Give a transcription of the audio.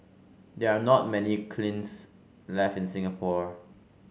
there are not many kilns left in Singapore